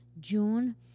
June